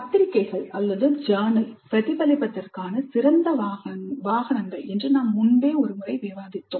பத்திரிகைகள்ஜர்னல்கள் பிரதிபலிப்பதற்கான சிறந்த வாகனங்கள் என்று நாம் முன்பே ஒரு முறை விவாதித்தோம்